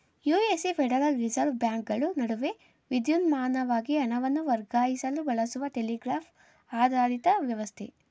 USA Federal Reserve ಬ್ಯಾಂಕ್ಗಳು ನಡುವೆ ವಿದ್ಯುನ್ಮಾನವಾಗಿ ಹಣವನ್ನು ವರ್ಗಾಯಿಸಲು ಬಳಸುವ ಟೆಲಿಗ್ರಾಫ್ ಆಧಾರಿತ ವ್ಯವಸ್ಥೆ